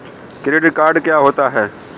Credit card क्या होता है?